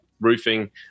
roofing